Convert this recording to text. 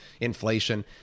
inflation